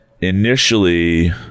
Initially